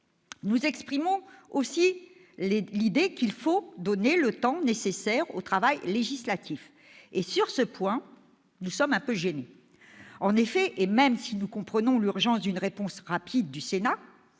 Nous exprimons aussi l'idée qu'il faut donner le temps nécessaire au travail législatif. Cependant, sur ce point, nous sommes un peu gênés : même si nous comprenons l'urgence d'une réponse rapide du Sénat,